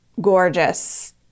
gorgeous